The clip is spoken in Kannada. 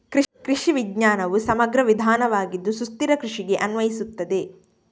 ಕೃಷಿ ವಿಜ್ಞಾನವು ಸಮಗ್ರ ವಿಧಾನವಾಗಿದ್ದು ಸುಸ್ಥಿರ ಕೃಷಿಗೆ ಅನ್ವಯಿಸುತ್ತದೆ